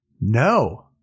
No